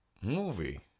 movie